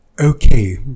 Okay